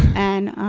and